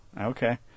Okay